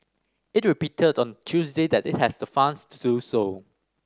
it repeated on Tuesday that it has the funds to do so